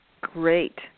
Great